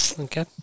Okay